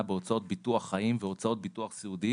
בהוצאות ביטוח חיים והוצאות ביטוח סיעודי)